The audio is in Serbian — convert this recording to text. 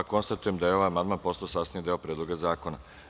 Konstatujem da je ovaj amandman postao sastavni deo Predloga zakona.